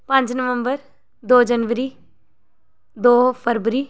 पंज नवंबर दो जनवरी दो फरवरी